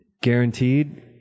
guaranteed